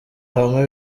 hamwe